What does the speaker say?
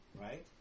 Right